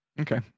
Okay